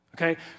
okay